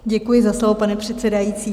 Děkuji za slovo, pane předsedající.